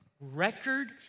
record